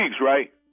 right